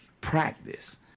practice